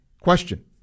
question